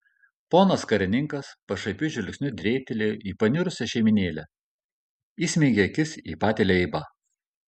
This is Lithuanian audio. ponas karininkas pašaipiu žvilgsniu dėbtelėjo į paniurusią šeimynėlę įsmeigė akis į patį leibą